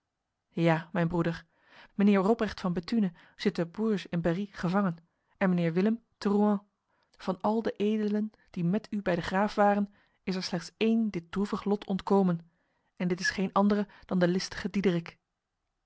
ja mijn broeder mijnheer robrecht van bethune zit te bourges in berry gevangen en mijnheer willem te rouen van al de edelen die met u bij de graaf waren is er slechts één dit droevig lot ontkomen en dit is geen andere dan de listige diederik